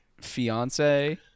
fiance